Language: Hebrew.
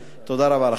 תודה רבה לכם.